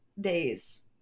days